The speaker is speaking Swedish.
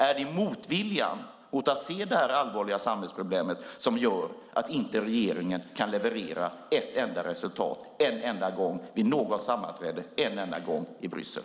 Är det motviljan mot att se det här allvarliga samhällsproblemet som gör att regeringen inte kan leverera ett enda resultat en enda gång vid något sammanträde i Bryssel?